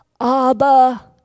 Abba